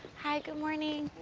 hi, good morning.